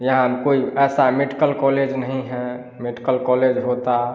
यहाँ कोई ऐसा मेडिकल कॉलेज नहीं है मेडिकल कॉलेज होता